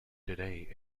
today